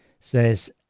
says